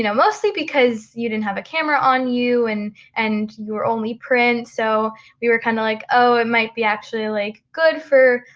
you know mostly because you didn't have a camera on you and and you were only print. so we were kind of like oh it might be actually like good for,